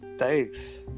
thanks